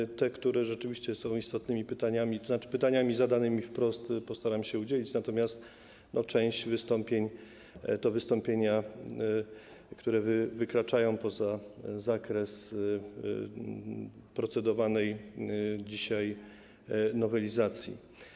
Na te pytania, które rzeczywiście są istotnymi pytaniami, tzn. pytaniami zadanymi wprost, postaram się udzielić odpowiedzi, natomiast część wystąpień to wystąpienia, które wykraczają poza zakres procedowanej dzisiaj nowelizacji.